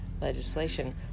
legislation